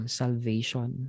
salvation